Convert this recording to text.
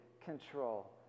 control